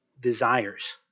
desires